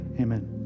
amen